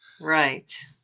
Right